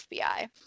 FBI